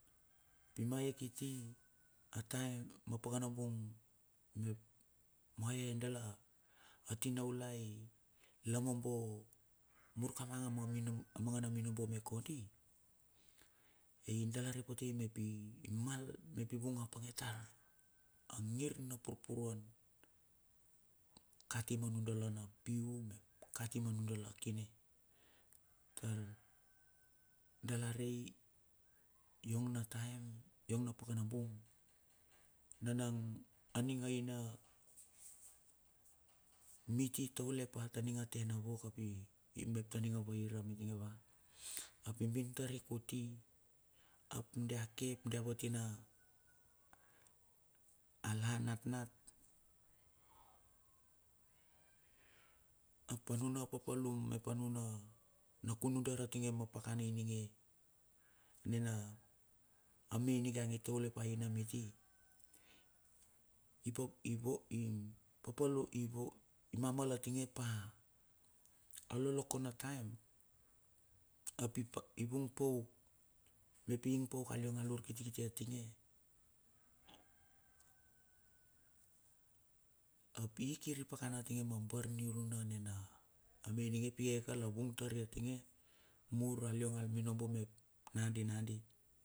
I ma e kiti ataem ma pakanabung, mep ma e dala a tinaulai lamobo mur kama ma mino, mangana minobo me kondi. Ai dala repote mep i mal, mep i vung a pange tar a ngir na purpuruan kati ma nudala na piu mep, kati ma nudala kine, tar, dala rei, yong na taem yong na pakanabung nanang a ning aina miti taule pa taninga tena vok ap i, i mep ta ninga vaira mininge va, a binbin tari kuti ap dia ke ap dia vatina, a la natnat ap anuna papalum mep anuna na kunundara atinge ma pakana inige ne na, a me nigang itaule pa aina miti, i po ivo i papalum, ivo imamal atinge pa, a lolokon a taem a pip, i vung pouk. Mep i ing pouk aleong alur kiti kiti a tinge, ap i kir i pakana tinge ma bar niuruna ne na, a me ininge. Pi e ka la vung tari a tinge mur a liong al minobo mep nadi nadi.